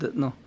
no